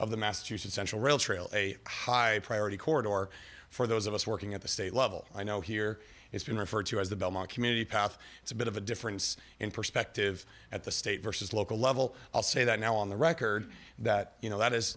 of the massachusetts central rail trail a high priority corridor for those of us working at the state level i know here it's been referred to as the belmont community path it's a bit of a difference in perspective at the state versus local level i'll say that now on the record that you know that is